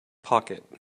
pocket